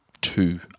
two